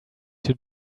you